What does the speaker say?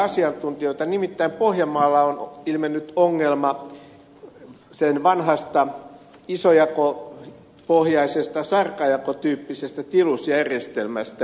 nimittäin pohjanmaalla on ilmennyt sen vanhaa isojakopohjaista sarkajakotyyppistä tilusjärjestelmää koskeva ongelma